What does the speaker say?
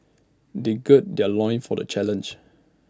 they gird their loins for the challenge